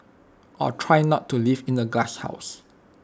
or try not to live in A glasshouse